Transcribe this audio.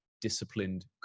disciplined